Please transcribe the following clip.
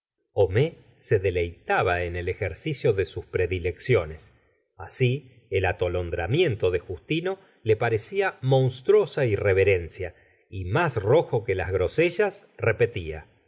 homais se deleitaba en el ejercicio de sus predilecciones así el atolondramiento de justino le parecía monstruosa irreverencia y más rojo que las grosellas repetía